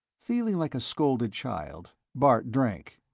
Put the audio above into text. feeling like a scolded child, bart drank.